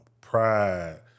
pride